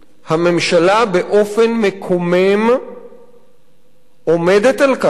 הממשלה באופן מקומם עומדת על כך